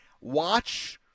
watch